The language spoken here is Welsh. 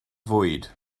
fwyd